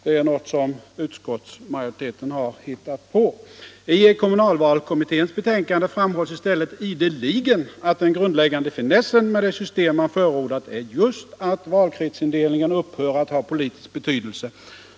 Det är något som utskottsmajoriteten har hittat på. I kommunalvalskommitténs betänkande framhålls i stället ideligen att den grundläggande finessen med det system man förordar är just att valkretsindelningen upphör att ha politisk betydelse.